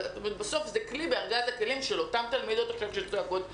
בסוף זה כלי בארגז הכלים של אותן תלמידות שצועקות עכשיו,